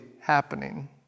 happening